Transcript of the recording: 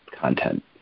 content